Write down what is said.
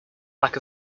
lack